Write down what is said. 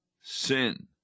sin